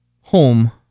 home